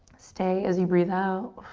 stay as you breathe out.